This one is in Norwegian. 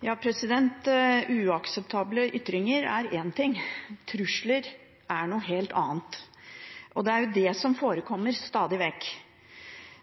Uakseptable ytringer er én ting. Trusler er noe helt annet, og det er det som forekommer stadig vekk.